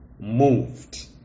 moved